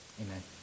amen